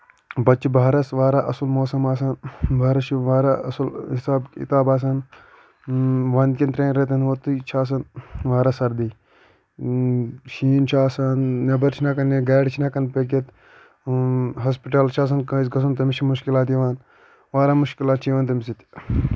پتہ چھُ بہارَس واریاہ اصٕل موسم آسان بَہارَس چھُ واریاہ اصٕل حِساب کِتاب آسان وَنٛدکٮ۪ن ترٚٮ۪ن رٮ۪تَن یوٚتُے چھُ آسَن واریاہ سردی شیٖن چھُ آسان نٮ۪بر چھِنہٕ ہٮ۪کان نیٖرِتھ گاڑِ چھِنہٕ ہٮ۪کان پٕکِتھ ہوسپِٹَل چھ آسان کٲنٛسہِ گژھُن تٔمِس چھِ مُشکِلات یِوان واریاہ مُشکِلات چھِ یِوان تمہِ سۭتۍ